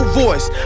voice